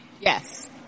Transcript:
Yes